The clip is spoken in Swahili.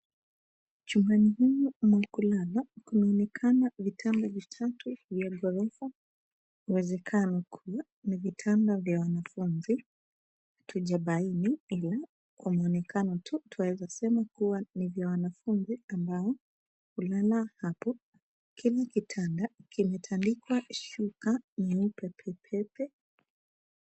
Chumbani huku mwa kulala kunaonekana vitanda vitatu vya ghorofa, uwezekano kuwa ni vitanda vya wanafunzi. Hatujabaini hilo. Kwa muonekano tu twaweza sema kuwa ni vya wanafunzi ambao hulala hapo. Kila kitanda kimetandikwa shuka nyeupe pepe.